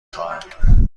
خواهد